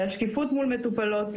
השקיפות מול המטופלות,